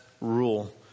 rule